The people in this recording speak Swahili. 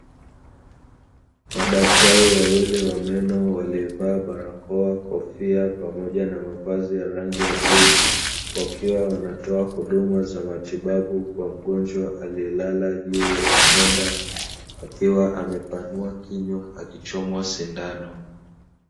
Madaktari wawili wa meno waliovaa barakoa, kofia pamoja na mavazi ya rangi ya bluu, wakiwa wanatoa huduma za matibabu kwa mgonjwa aliyelala juu ya kitanda akiwa amepanua kinywa akichomwa sindano.